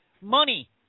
money